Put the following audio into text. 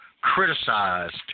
criticized